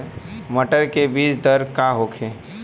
मटर के बीज दर का होखे?